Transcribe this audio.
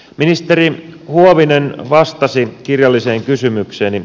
ministeri huovinen vastasi kirjalliseen kysymykseeni